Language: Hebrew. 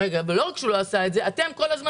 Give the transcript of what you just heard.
לא רק שהוא לא עשה את זה אלא אתם כל הזמן